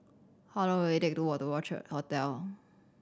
how long will it take to walk to Orchid Hotel